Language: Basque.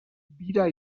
bira